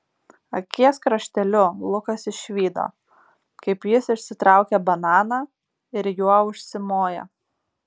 akies krašteliu lukas išvydo kaip jis išsitraukia bananą ir juo užsimoja